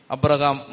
Abraham